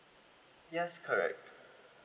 yes correct